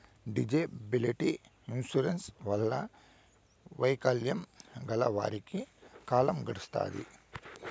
disability insurance వల్ల వైకల్యం గల వారికి కాలం గడుత్తాది